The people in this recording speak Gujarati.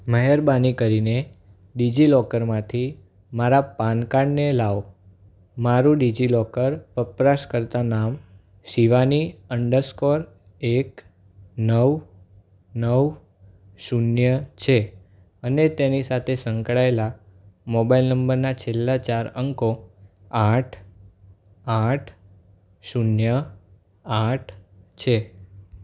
મહેરબાની કરીને ડીજીલોકરમાંથી મારા પાન કાર્ડને લાવો મારું ડીજીલોકર વપરાશ કરતાં નામ શિવાની અંડર સ્કોર એક નવ નવ શૂન્ય છે અને તેની સાથે સંકળાયેલાં મોબાઈલ નંબરના છેલ્લા ચાર અંકો આઠ આઠ શૂન્ય આઠ છે